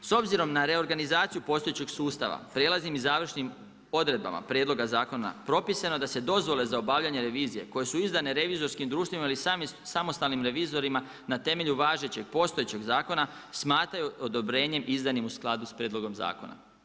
S obzirom na reorganizaciju postojećeg sustava, prijelaznim i završnim odredbama prijedloga zakona propisano je da se dozvole za obavljanje revizije koje su izdane revizorskim društvima ili samostalnim revizorima na temelju važećeg, postojećeg zakona smatraju odobrenjem izdanim u skladu sa prijedlogom zakona.